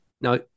Now